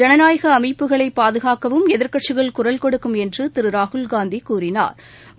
ஜனநாயக அமைப்புகளை பாதுகாக்கவும் எதிா்க்கட்சிகள் குரல்கொடுக்கும் என்று திரு ராகுல்காந்தி கூறினா்